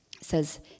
says